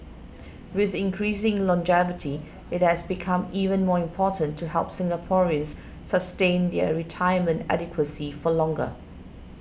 with increasing longevity it has become even more important to help Singaporeans sustain their retirement adequacy for longer